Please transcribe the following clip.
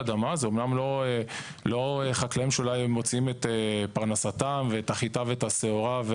אומנם זה לא חקלאים שאולי מוציאים שם את פרנסתם ואת החיטה ואת השעורה.